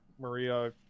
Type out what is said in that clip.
Maria